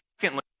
Secondly